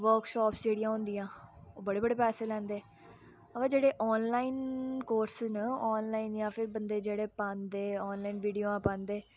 workshop जेह्ड़ियां होंदियां ओह् बड़े बड़े पैसे लैंदे ओह् जेह्ड़े आनलाइन कोर्स न आनलाइन जां फिर बंदे जेह्ड़े पांदे आनलाइन वीडियो पांदे